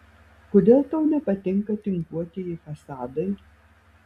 kodėl tau nepatinka tinkuotieji fasadai